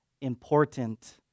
important